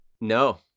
No